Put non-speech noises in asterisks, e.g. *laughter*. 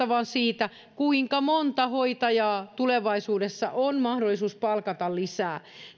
*unintelligible* vaan siitä kuinka monta hoitajaa tulevaisuudessa on mahdollisuus palkata lisää